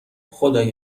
خدای